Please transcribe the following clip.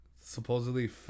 Supposedly